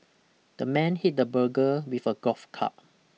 the man hit the burger with a golf club